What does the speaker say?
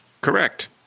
Correct